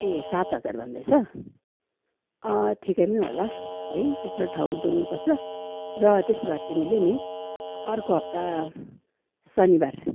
ए सात हजार भन्दैछ अँ ठिकै पनि होला है त्यत्रो ठाउँ डुल्नुपर्छ र त्यसो भए तिमीले नि अर्को हप्ता शनिबार